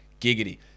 giggity